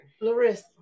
Larissa